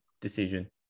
decision